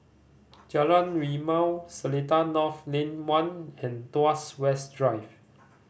Jalan Rimau Seletar North Lane One and Tuas West Drive